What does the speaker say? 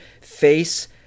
face